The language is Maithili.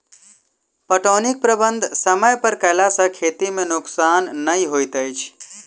पटौनीक प्रबंध समय पर कयला सॅ खेती मे नोकसान नै होइत अछि